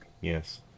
Yes